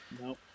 no